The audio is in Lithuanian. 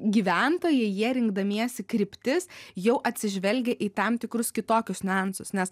gyventojai jie rinkdamiesi kryptis jau atsižvelgia į tam tikrus kitokius niuansus nes